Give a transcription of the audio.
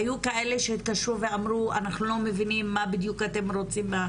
היו כאלה שהתקשרו ואמרו אנחנו לא מבינים מה בדיוק אתם רוצים.